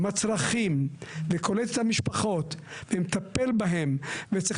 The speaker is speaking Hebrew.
עם הצרכים וקולט את המשפחות ומטפל בהן וצריך